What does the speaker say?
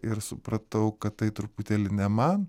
ir supratau kad tai truputėlį ne man